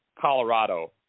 Colorado